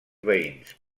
veïns